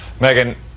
Megan